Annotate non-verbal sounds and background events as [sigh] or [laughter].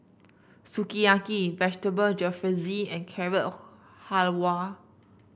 Sukiyaki Vegetable Jalfrezi and Carrot [unintelligible] Halwa